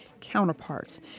counterparts